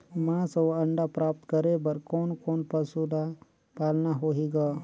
मांस अउ अंडा प्राप्त करे बर कोन कोन पशु ल पालना होही ग?